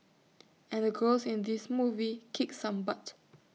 and the girls in this movie kick some butt